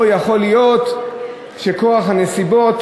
או יכול להיות שכורח הנסיבות,